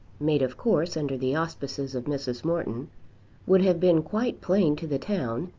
made of course under the auspices of mrs. morton would have been quite plain to the town,